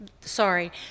Sorry